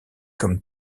comme